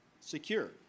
secure